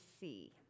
see